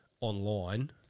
online